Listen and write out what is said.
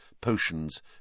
potions